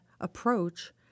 approach